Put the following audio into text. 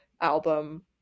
album